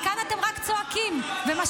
כי כאן אתם רק צועקים ומשפילים.